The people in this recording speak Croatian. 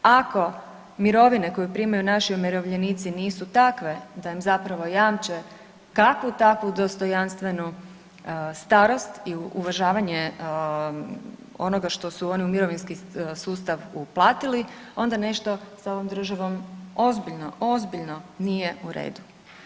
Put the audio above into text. Ako mirovine koje primaju naši umirovljenici nisu takve da im zapravo jamče kakvu takvu dostojanstvenu starost i uvažavanje onoga što su oni u mirovinski sustav uplatili onda nešto sa ovom državom ozbiljno, ozbiljno nije u redu.